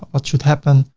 what should happen?